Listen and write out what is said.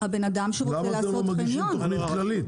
למה אתם לא מגישים תוכנית כללית?